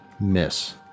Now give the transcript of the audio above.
Miss